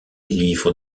livres